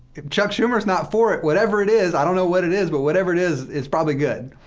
if chuck schumer's not for it, whatever it is, i don't know what it is, but whatever it is, it's probably good.